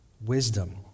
wisdom